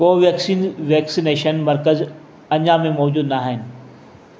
Covaxin vaccination मर्कज़ अञा में मौजूदु न आहिनि